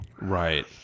Right